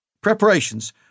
Preparations